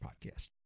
podcast